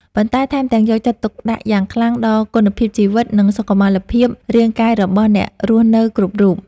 ប៉ុន្តែថែមទាំងយកចិត្តទុកដាក់យ៉ាងខ្លាំងដល់គុណភាពជីវិត និងសុខុមាលភាពរាងកាយរបស់អ្នករស់នៅគ្រប់រូប។